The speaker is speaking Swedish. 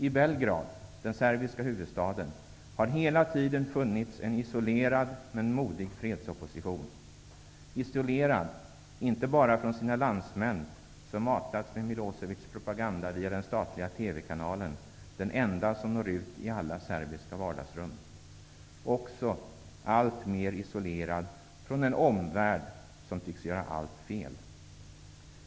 I Belgrad, den serbiska huvudstaden, har det hela tiden funnits en isolerad men modig fredsopposition, isolerad inte bara från sina landsmän, som matats med Milosevics propaganda via den statliga TV-kanalen -- den enda som når ut i alla serbiska vardagsrum -- utan också alltmer isolerad från en omvärld som tycks göra allt fel.